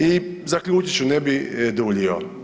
I zaključit ću, ne bi duljio.